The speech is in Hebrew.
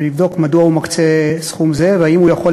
ולבדוק מדוע הוא מקצה סכום זה והאם הוא יכול